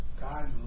God